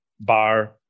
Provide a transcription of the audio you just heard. bar